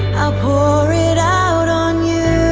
pour it out on you.